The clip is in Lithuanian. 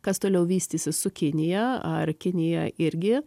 kas toliau vystysis su kinija ar kinija irgi